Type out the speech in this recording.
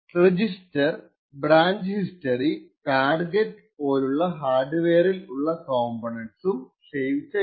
register branch history target പോലുള്ള ഹാർഡ്വെയറിൽ ഉള്ള കംപോണ ന്റ്സും സേവ് ചെയ്യണം